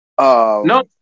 No